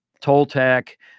Toltec